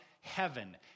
heaven